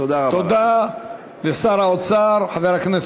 תודה רבה לכם.